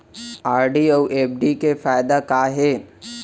RD अऊ FD के फायेदा का हे?